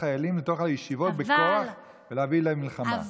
חיילים מתוך הישיבות בכוח ולהביא למלחמה.